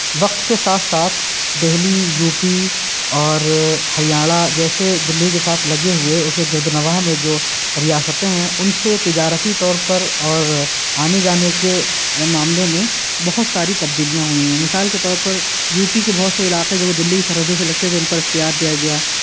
وقت کے ساتھ ساتھ دہلی یو پی اور ہریانہ جیسے دلّی کے ساتھ لگے ہوئے اس کے گرد و نواح میں جو ریاستیں ہیں ان سے تجارتی طور پر اور آنے جانے کے معاملوں میں بہت ساری تبدیلیاں ہوئی ہیں مثال کے طور پر یو پی کے بہت سے علاقے جو دلّی کی سرحدوں پر لگتے تھے ان پر اختیار دیا گیا